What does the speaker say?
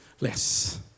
less